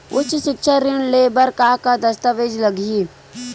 उच्च सिक्छा ऋण ले बर का का दस्तावेज लगही?